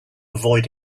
avoid